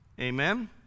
Amen